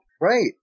right